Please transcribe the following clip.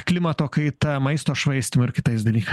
klimato kaita maisto švaistymo ir kitais daly